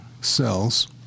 cells